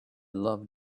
love